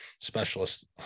specialist